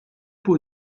può